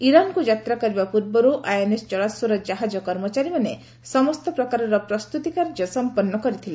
ଇରାନ୍କୁ ଯାତ୍ରା କରିବା ପୂର୍ବରୁ ଆଇଏନ୍ଏସ୍ ଜଳାସ୍ୱର ଜାହାଜ କର୍ମଚାରୀମାନେ ସମସ୍ତ ପ୍ରକାରର ପ୍ରସ୍ତୁତିକାର୍ଯ୍ୟ ସମ୍ପନ୍ନ କରିଥିଲେ